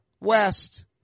West